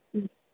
ம்